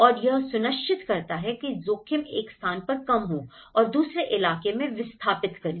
और यह सुनिश्चित करता है कि जोखिम एक स्थान पर कम हो और दूसरे इलाके में विस्थापित करें